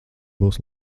būs